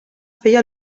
feia